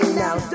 now